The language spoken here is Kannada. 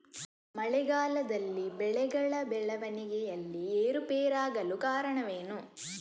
ಮಳೆಗಾಲದಲ್ಲಿ ಬೆಳೆಗಳ ಬೆಳವಣಿಗೆಯಲ್ಲಿ ಏರುಪೇರಾಗಲು ಕಾರಣವೇನು?